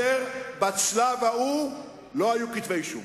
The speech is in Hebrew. בשלב ההוא, לא היו כתבי-אישום,